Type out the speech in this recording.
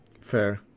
Fair